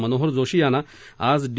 मनोहर जोशी यांना आज डी